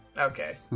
Okay